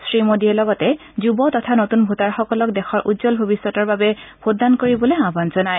শ্ৰীমোদীয়ে লগতে যুব তথা নতুন ভোটাৰসকলক দেশৰ উজ্বল ভৰিষ্যতৰ হকে ভোটদান কৰিবলৈ আহান জনায়